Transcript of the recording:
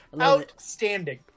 Outstanding